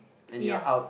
ya